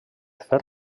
fer